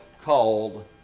called